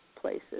places